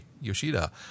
Yoshida